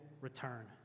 return